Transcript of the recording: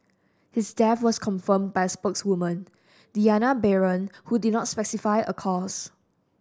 his death was confirmed by a spokeswoman Diana Baron who did not specify a cause